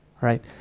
Right